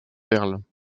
perles